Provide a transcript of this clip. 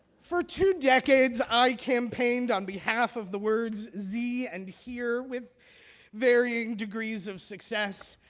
for two decades, i campaigned on behalf of the words ze and hir with varying degrees of success.